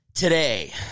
Today